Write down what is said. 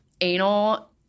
anal